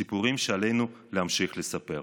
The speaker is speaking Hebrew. סיפורים שעלינו להמשיך לספר.